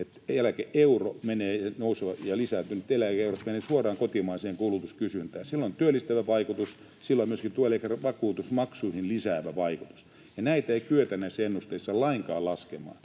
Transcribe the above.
on se, että lisääntynyt eläke-euro menee suoraan kotimaiseen kulutuskysyntään. [Toimi Kankaanniemi: Nimenomaan!] Sillä on työllistävä vaikutus, sillä on myöskin työeläkevakuutusmaksuihin lisäävä vaikutus. Näitä ei kyetä näissä ennusteissa lainkaan laskemaan,